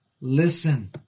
listen